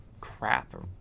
crap